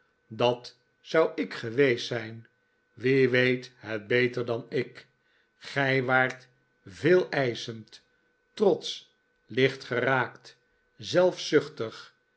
dat zou ik geweest zijn wie weet het beter dan ik gij waart veeleischend trotsch lichtgeraakt